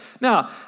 Now